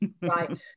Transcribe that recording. Right